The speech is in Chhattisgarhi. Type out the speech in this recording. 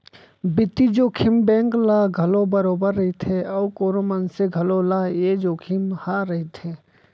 बित्तीय जोखिम बेंक ल घलौ बरोबर रइथे अउ कोनो मनसे घलौ ल ए जोखिम ह रइथे